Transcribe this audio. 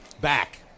back